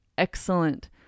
excellent